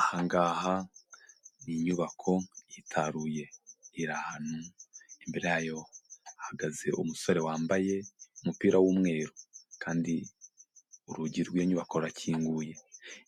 Aha ngaha ni inyubako yitaruye iri ahantu, imbere yayo hahagaze umusore wambaye umupira w'umweru kandi urugi rw'inyubako rurakinguye,